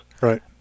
right